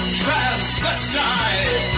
transvestite